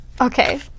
Okay